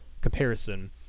comparison